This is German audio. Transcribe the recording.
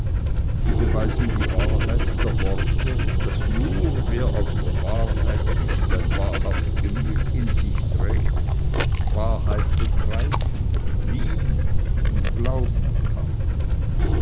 sie beweisen die wahrheit der worte daß nur wer aus der wahrheit ist ein wahrhaft gemüt in sich trägt wahrheit begreifen lieben und glauben kann